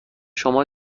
شما